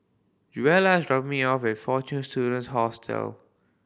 Joella is dropping me off at Fortune Students Hostel